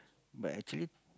but actually